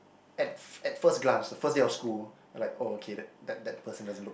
at f~ at first glance the first day of school like oh K that that person doesn't look